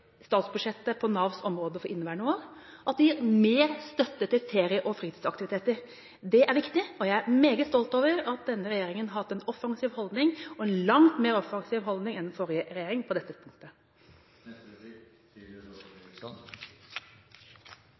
statsbudsjettet for inneværende år på Navs område. De gir mer støtte til ferie- og fritidsaktiviteter. Det er viktig. Jeg er meget stolt over at denne regjeringen har hatt en langt mer offensiv holdning enn den forrige regjeringen på dette punktet. Statsråden sier selv at noe av det viktigste er å legge til